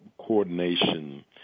coordination